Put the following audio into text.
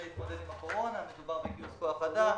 להתמודד עם הקורונה מדובר בגיוס כוח אדם,